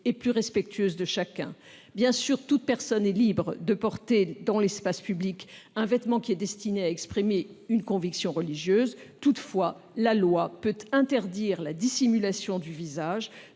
et plus respectueuse de chacun. Bien sûr, toute personne est libre de porter dans l'espace public un vêtement destiné à manifester une conviction religieuse. Toutefois, la loi peut interdire la dissimulation du visage,